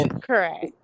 Correct